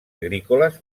agrícoles